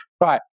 Right